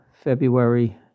February